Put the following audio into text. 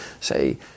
say